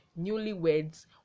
newlyweds